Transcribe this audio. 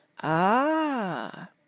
Ah